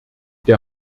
der